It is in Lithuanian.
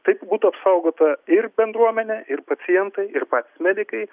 taip būtų apsaugota ir bendruomenė ir pacientai ir patys medikai